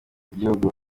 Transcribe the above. igihugu